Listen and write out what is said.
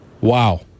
Wow